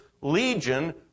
legion